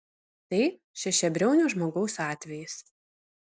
tai šešiabriaunio žmogaus atvejis